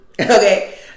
Okay